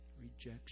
Rejection